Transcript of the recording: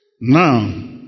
now